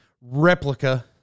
replica